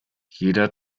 jeder